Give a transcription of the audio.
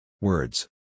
Words